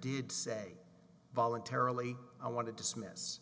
did say voluntarily i want to dismiss